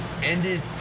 Ended